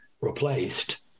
replaced